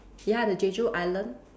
ya the Jeju island